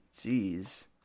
Jeez